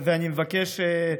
אני מבקש,